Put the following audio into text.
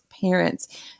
parents